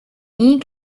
ien